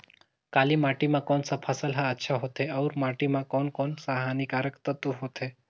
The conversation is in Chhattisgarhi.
काली माटी मां कोन सा फसल ह अच्छा होथे अउर माटी म कोन कोन स हानिकारक तत्व होथे?